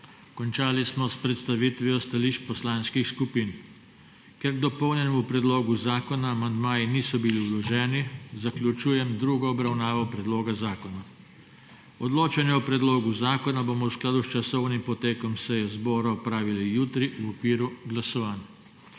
Končali smo s predstavitvijo stališč poslanski skupin. Ker k dopolnjenemu predlogu zakona amandmaji niso bili vloženi, zaključujem drugo obravnavo predloga zakona. Odločanje o predlogu zakona bomo v skladu s časovnim potekom seje zbora opravili jutri v okviru glasovanj.